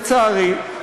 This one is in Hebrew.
לצערי,